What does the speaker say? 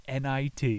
NIT